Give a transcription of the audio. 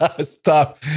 Stop